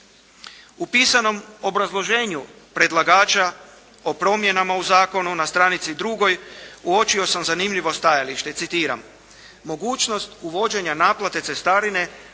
U pisanom obrazloženju predlagača o promjenama u zakonu na stranici 2. uočio sam zanimljivo stajalište. Citiram: "Mogućnost uvođenja naplate cestarine